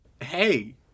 hey